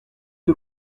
que